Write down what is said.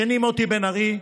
השני, מוטי בן ארי,